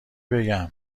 بگم